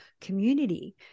community